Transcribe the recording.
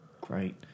Great